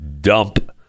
dump